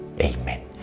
Amen